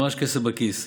ממש כסף בכיס,